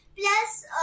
Plus